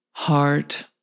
Heart